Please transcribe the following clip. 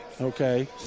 okay